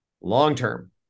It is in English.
long-term